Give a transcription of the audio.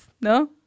No